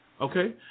okay